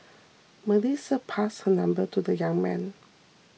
Melissa passed her number to the young man